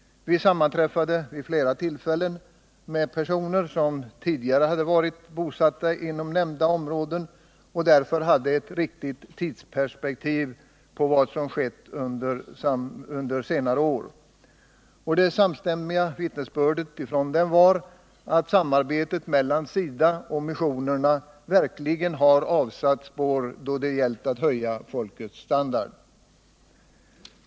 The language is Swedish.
Vi sammanträffade vid flera tillfällen med personer som tidigare hade varit bosatta inom nämnda områden och därför hade ett riktigt tidsperspektiv på vad som skett under senare år. Det samstämmiga vittnesbördet från dem var att samarbetet mellan SIDA och missionerna verkligen har avsatt spår då det gällt att höja folkets standard.